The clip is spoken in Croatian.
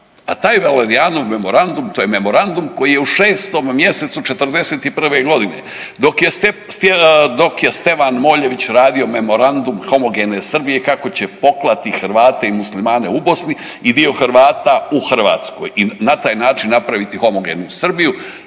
a taj Valerijanov memorandum, to je memorandum koji je u 6. mj. '41. g. dok je Stevan Moljević radio memorandum homogene Srbije kako će poklati Hrvate i muslimane u Bosni i dio Hrvata u Hrvatskoj i na taj način napraviti homogenu Srbiju,